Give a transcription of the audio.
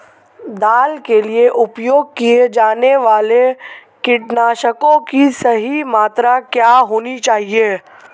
दाल के लिए उपयोग किए जाने वाले कीटनाशकों की सही मात्रा क्या होनी चाहिए?